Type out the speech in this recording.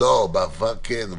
בעבר כן,